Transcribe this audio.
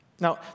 Now